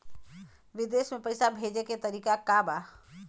विदेश में पैसा भेजे के तरीका का बा?